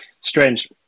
strange